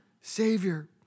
Savior